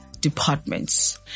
Departments